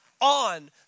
on